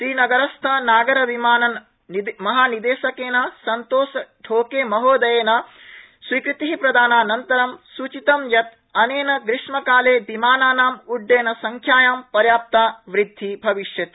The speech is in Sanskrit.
श्रीनगरस्थ नागरविमाननमहानिदेशकेन संतोष ढोके महोदयेन स्वीकृति प्रदानानन्तर सूचित यत् अनेन ग्रीष्मकाले विमानाना उड्डयनसंख्याया पर्याप्तावृद्धि भविष्यति